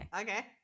Okay